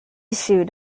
shoot